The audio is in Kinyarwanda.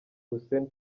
hussein